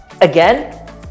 again